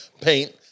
paint